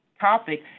topic